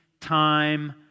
time